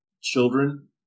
Children